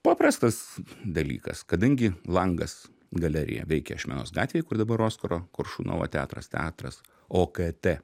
paprastas dalykas kadangi langas galerija veikė ašmenos gatvėj kur dabar oskaro koršunovo teatras teatras okt